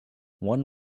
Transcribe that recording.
one